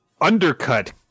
undercut